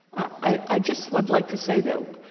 i just would like to say that